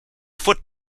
foot